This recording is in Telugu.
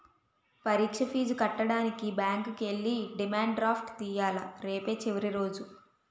పరీక్ష ఫీజు కట్టడానికి బ్యాంకుకి ఎల్లి డిమాండ్ డ్రాఫ్ట్ తియ్యాల రేపే చివరి రోజు